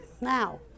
now